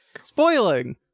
Spoiling